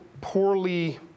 poorly